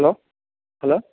hello hello